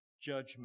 judgment